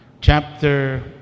chapter